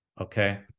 okay